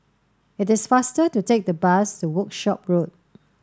it is faster to take the bus to Workshop Road